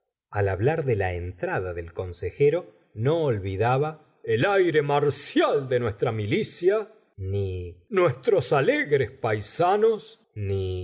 al hablar de la entrada del consejero no olvidaba el aire marcial de nuestra milicia ni nuestros alegres paisanos ni